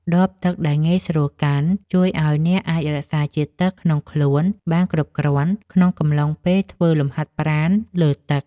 ដបទឹកដែលងាយស្រួលកាន់ ជួយឱ្យអ្នកអាចរក្សាជាតិទឹកក្នុងខ្លួនបានគ្រប់គ្រាន់ ក្នុងកំឡុងពេលធ្វើលំហាត់ប្រាណលើទឹក។